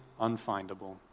unfindable